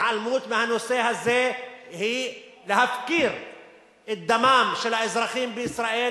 התעלמות מהנושא הזה מפקירה את דמם של האזרחים בישראל,